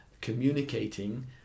communicating